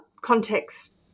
context